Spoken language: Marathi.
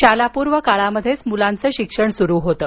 शालापूर्व काळामध्येच मुलांचं शिक्षण सुरु होतं